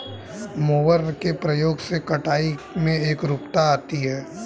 mower के प्रयोग से कटाई में एकरूपता आती है